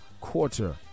quarter